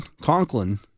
Conklin